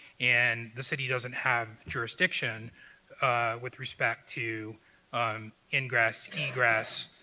and the city doesn't have jurisdiction with respect to um ingress, egress,